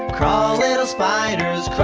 crawl little spiders.